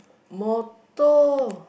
motto